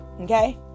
Okay